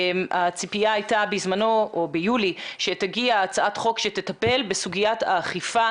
הציפיה ביולי הייתה שתגיע הצעת חוק שתטפל בסוגיית האכיפה